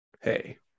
hey